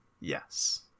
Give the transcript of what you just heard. Yes